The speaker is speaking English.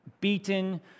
beaten